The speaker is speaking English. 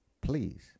please